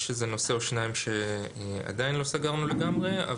יש נושא או שניים שעדיין לא סגרנו לגמרי.